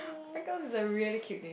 freckles are really cute